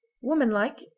Womanlike